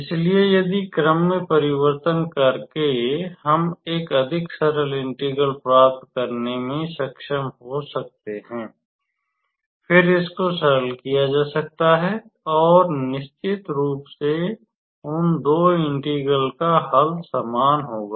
इसलिए यदि क्रम में परिवर्तन करके हम एक अधिक सरल इंटीग्रल प्राप्त करने में सक्षम हो सकते हैं फिर इसको सरल किया जा सकता है और निश्चित रूप से उन दो इंटीग्रल का हल समान होगा